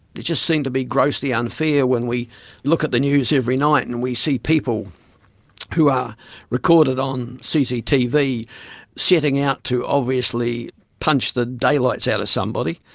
it just seemed to be grossly unfair when we look at the news every night and we see people who are recorded on cctv setting out to obviously punch the daylights out of somebody,